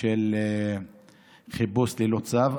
של חיפוש ללא צו,